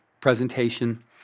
presentation